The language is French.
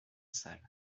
salle